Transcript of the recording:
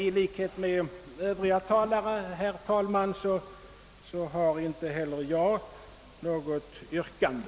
I likhet med övriga talare har, herr talman, inte heller jag något yrkande.